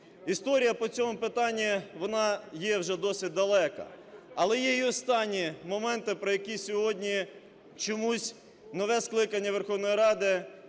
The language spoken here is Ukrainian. Історія по цьому питанню вона є вже досить далека. Але є і останні моменти, про які сьогодні чомусь нове скликання Верховної Ради,